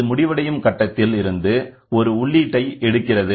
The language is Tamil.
அது முடிவடையும் கட்டத்தில் இருந்து ஒரு உள்ளிட்டை எடுக்கிறது